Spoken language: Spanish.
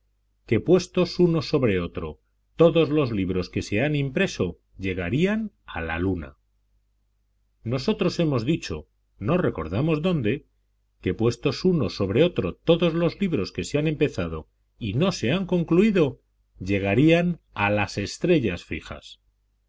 que puestos unos sobre otro todos los libros que se han impreso llegarían a la luna nosotros hemos dicho no recordamos dónde que puestos uno sobre otro todos los libros que se han empezado y no se han concluido llegarían a las estrellas fijas